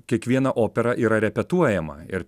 kiekviena opera yra repetuojama ir